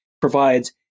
provides